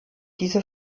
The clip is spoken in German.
diese